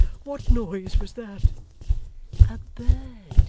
what noise was that a bird